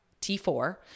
T4